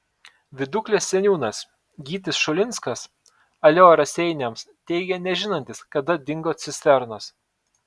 viduklės seniūnas gytis šulinskas alio raseiniams teigė nežinantis kada dingo cisternos